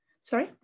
Sorry